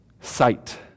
sight